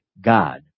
God